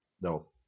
No